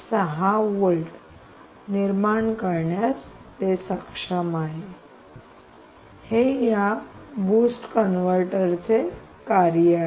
6 volt निर्माण करण्यास सक्षम आहे हे या बूस्ट कन्व्हर्टर चे कार्य आहे